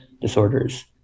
disorders